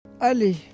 Allez